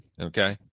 Okay